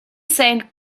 saint